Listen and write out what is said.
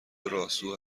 راسو